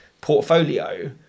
portfolio